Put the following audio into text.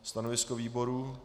Stanovisko výboru?